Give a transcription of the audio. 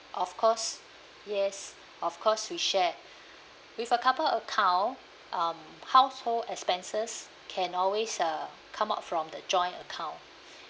of course yes of course we share with a couple account um household expenses can always uh come up from the joint account